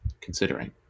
considering